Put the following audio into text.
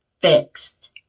fixed